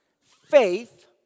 Faith